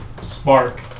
spark